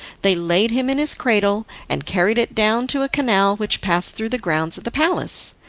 they laid him in his cradle and carried it down to a canal which passed through the grounds of the palace.